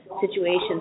situations